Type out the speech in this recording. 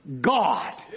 God